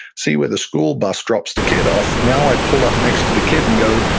see where the school bus drops the kid off. now i pull up next to the kid and go,